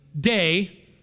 day